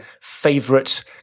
favorite